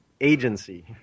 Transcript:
agency